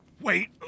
wait